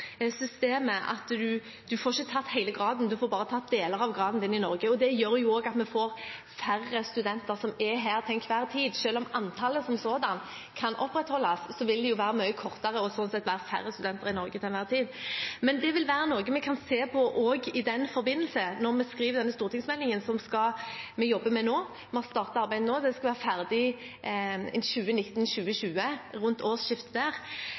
Norge. Det gjør også at det er færre studenter her til enhver tid. Selv om antallet som sådant kan opprettholdes, vil de være her mye kortere tid, og sånn sett vil det være færre studenter i Norge til enhver tid. Men det vil også være noe vi kan se på i forbindelse med stortingsmeldingen vi jobber med nå. Vi har startet arbeidet, og den skal være ferdig rundt årsskiftet 2019/2020. Da vil vi kunne vurdere om vi skal ha hel grad som en del av dette, om vi skal ha andre typer land inn i NORPART-samarbeidet, eller om det